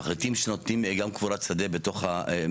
מה שאנחנו ביקשנו מחברת הסקרים שעושה לנו את העבודה ומול